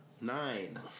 Nine